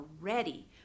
ready